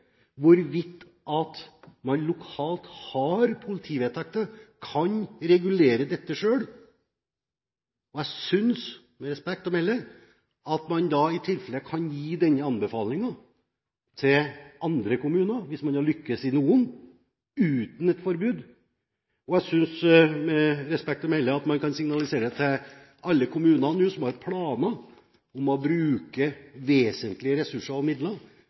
hvorvidt man lokalt har politivedtekter og kan regulere dette selv. Jeg synes, med respekt å melde, at man da i tilfelle kan gi denne anbefalingen til andre kommuner, hvis man har lyktes i noen, uten et forbud. Og jeg synes, med respekt å melde, at man kan signalisere til alle kommuner som nå har planer om å bruke vesentlige ressurser og midler